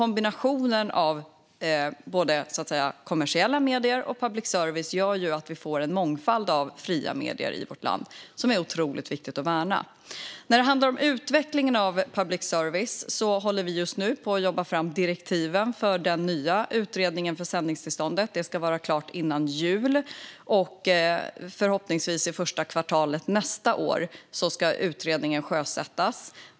Kombinationen av så kallade kommersiella medier och public service gör att vi får en mångfald av fria medier i vårt land, vilket är otroligt viktigt att värna. När det handlar om utvecklingen av public service jobbar vi just nu fram direktiven för den nya utredningen om sändningstillståndet. Det ska vara klart före jul, och under första kvartalet nästa år ska utredningen förhoppningsvis sjösättas.